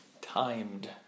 timed